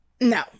No